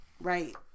Right